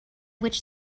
which